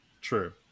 True